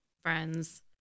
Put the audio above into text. friends